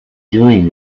doing